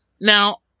Now